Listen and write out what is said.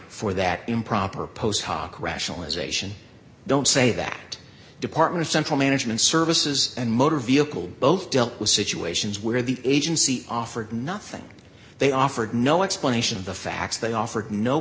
for that improper post hoc rationalization don't say that department central management services and motor vehicle both dealt with situations where the agency offered nothing they offered no explanation of the facts they offered no